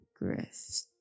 Grift